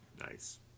Nice